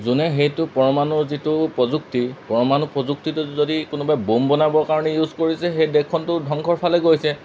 যোনে সেইটো পৰমাণুৰ যিটো প্ৰযুক্তি পৰমাণু প্ৰযুক্তিটো যদি কোনোবাই ব'ম বনাবৰ কাৰণে ইউজ কৰিছে সেই দেশখনতো ধ্বংসৰ ফালে গৈছে